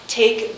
take